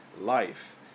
life